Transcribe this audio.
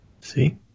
See